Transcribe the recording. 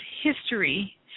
history